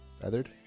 Feathered